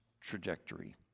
trajectory